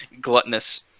gluttonous